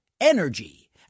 energy